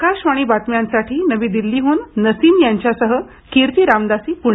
आकाशवाणी बातम्यांसाठी नवी दिल्लीहून नसीम यांच्यासह कीर्ती रामदासी पुणे